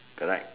correct